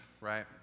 right